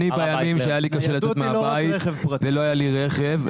בימים היה לי קשה לצאת מהבית ולא היה לי רכב,